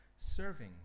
serving